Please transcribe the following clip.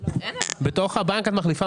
בתוך הבנק את מעבירה